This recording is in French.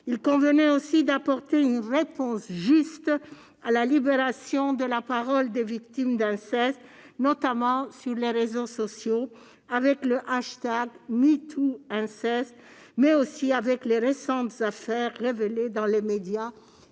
Il convenait aussi d'apporter une réponse juste à la libération de la parole des victimes d'inceste, notamment sur les réseaux sociaux avec le hashtag #MeeTooInceste, mais aussi avec les récentes affaires révélées dans les médias